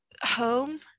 home